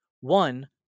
One